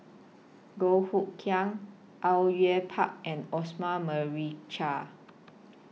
Goh Hood Keng Au Yue Pak and Osman Merican